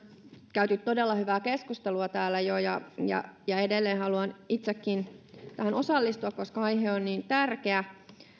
käyty todella hyvää keskustelua täällä jo ja ja edelleen haluan itsekin tähän osallistua koska aihe on niin tärkeä